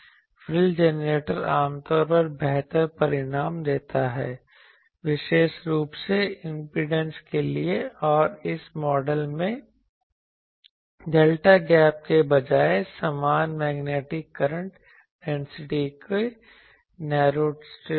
frill generator आमतौर पर बेहतर परिणाम देता है विशेष रूप से इंपेडेंस के लिए और इस मॉडल में डेल्टा गैप के बजाय समान मैग्नेटिक करंट डेंसिटी के नैरो स्ट्रिप्स हैं